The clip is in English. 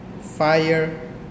fire